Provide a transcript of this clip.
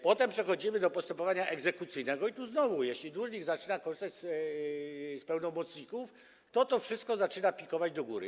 Potem przechodzimy do postępowania egzekucyjnego i tu znowu: jeśli dłużnik zaczyna korzystać z pełnomocników, to wszystko zaczyna pikować w górę.